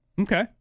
Okay